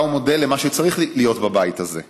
אתה מודל למה שצריך להיות בבית הזה,